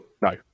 No